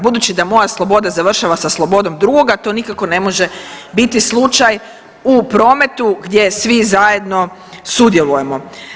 Budući da moja sloboda završava sa slobodom drugoga to nikako ne može biti slučaj u prometu gdje svi zajedno sudjelujemo.